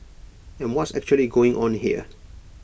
and what's actually going on here